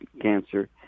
cancer